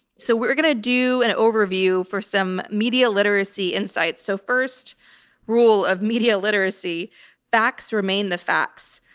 so we're going to do an overview for some media literacy insights. so first rule of media literacy facts remain the facts.